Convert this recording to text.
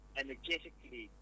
energetically